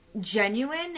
genuine